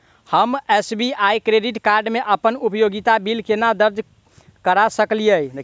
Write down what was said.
हम SBI credit card मे अप्पन उपयोगिता बिल केना दर्ज करऽ सकलिये?